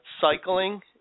cycling